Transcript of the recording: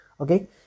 okay